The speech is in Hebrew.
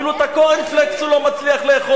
אפילו את הקורנפלקס הוא לא מצליח לאכול,